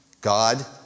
God